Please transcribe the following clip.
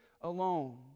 alone